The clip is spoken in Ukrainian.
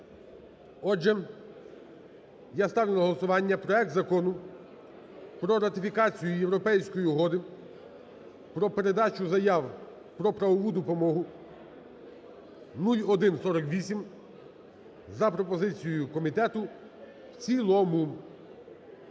Отже, я ставлю на голосування проект Закону про ратифікацію Європейської угоди про передачу заяв про правову допомогу (0148) за пропозицією комітету в цілому.